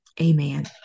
amen